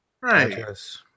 Right